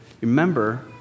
remember